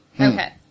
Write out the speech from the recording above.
Okay